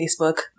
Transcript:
Facebook